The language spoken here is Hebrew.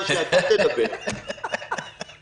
באמת אותה חברת כנסת שנכנסת לוועדה למינוי שופטים,